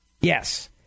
Yes